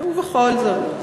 ובכל זאת.